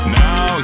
now